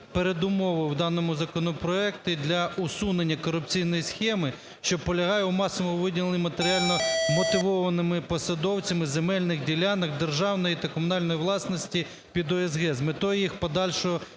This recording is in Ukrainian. передумови в даному законопроекті для усунення корупційної схеми, що полягає у масовому виділенні матеріально-мотивованими посадовцями земельних ділянок державної та комунальної власності під ОСГ з метою їх подальшого